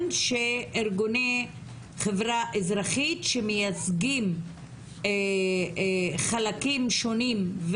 שארגוני חברה אזרחית שמייצגים חלקים שונים,